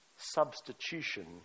substitution